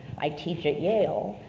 i teach at yale,